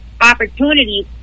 opportunities